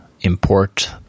import